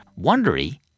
Wondery